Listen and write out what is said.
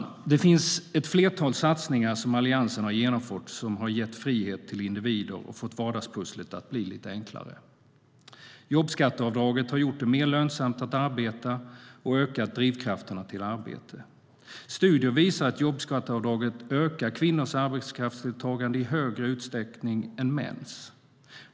Det finns ett flertal satsningar som Alliansen har genomfört som har gett frihet till individer och fått vardagspusslet att bli lite enklare. Jobbskatteavdraget har gjort det mer lönsamt att arbeta och ökat drivkrafterna till arbete. Studier visar att jobbskatteavdraget ökar kvinnors arbetskraftsdeltagande i högre utsträckning än mäns.